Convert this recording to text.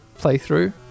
playthrough